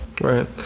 Right